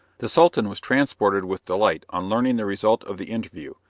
the sultan was transported with delight on learning the result of the interview,